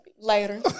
later